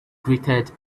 greeted